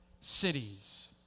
cities